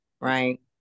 right